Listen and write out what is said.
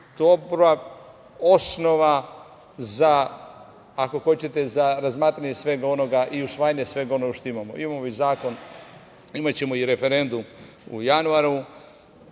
dobra osnova za, ako hoćete, razmatranje i usvajanje svega onoga što imamo. Imamo već zakon. Imaćemo i referendum u januaru.